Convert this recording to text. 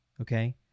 Okay